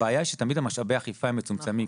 הבעיה היא שתמיד משאבי האכיפה הם מצומצמים,